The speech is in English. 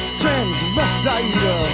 transvestite